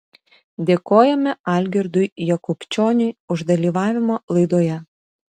dėkojame algirdui jakubčioniui už dalyvavimą laidoje